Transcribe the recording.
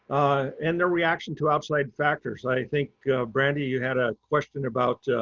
and their reaction to outside factors, i think. brandi, you had a question about